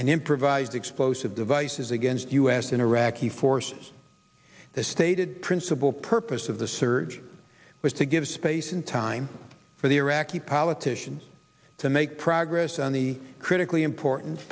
and improvised explosive devices against u s and iraqi forces the stated principal purpose of the surge was to give space in time for the iraqi politicians to make progress on the critically important